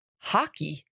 hockey